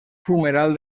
fumeral